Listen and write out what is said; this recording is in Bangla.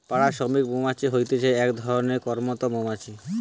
পাড়া শ্রমিক মৌমাছি হতিছে এক ধরণের কর্মরত মৌমাছি